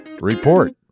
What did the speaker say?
Report